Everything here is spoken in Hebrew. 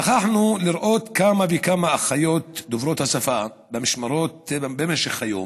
ראינו כמה וכמה אחיות דוברות השפה במשמרות במשך היום,